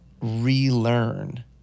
relearn